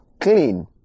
clean